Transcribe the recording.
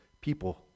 people